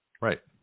Right